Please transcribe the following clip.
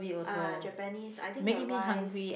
uh Japanese I think the rice